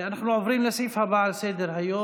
אנחנו עוברים לסעיף הבא בסדר-היום,